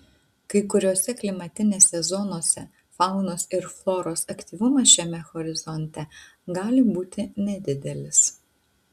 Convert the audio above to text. kai kuriose klimatinėse zonose faunos ir floros aktyvumas šiame horizonte gali būti nedidelis